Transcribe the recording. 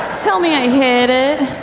tell me i hit it,